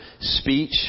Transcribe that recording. speech